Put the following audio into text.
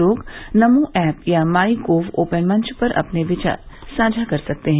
लोग नमो ऐप या MyGov open मंच पर अपने विचार साझा कर सकते हैं